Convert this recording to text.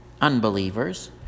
unbelievers